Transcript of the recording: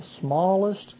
smallest